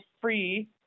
free